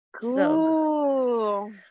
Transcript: Cool